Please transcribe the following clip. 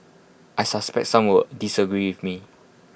I suspect some will disagree with me